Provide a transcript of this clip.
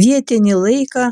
vietinį laiką